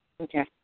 Okay